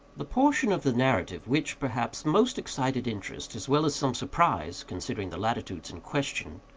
the portion of the narrative which, perhaps, most excited interest, as well as some surprise, considering the latitudes in question,